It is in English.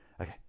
Okay